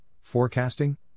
Forecasting